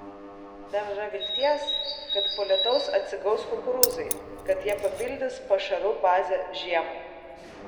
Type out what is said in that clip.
dar yra vilties kad po lietaus atsigaus kukurūzai kad jie papildys pašarų bazę žiemai